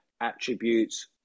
attributes